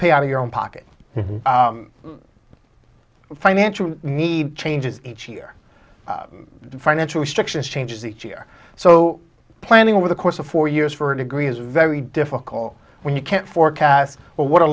pay out of your own pockets financial need changes each year financial restrictions changes each year so planning over the course of four years for a degree is very difficult when you can't forecast what a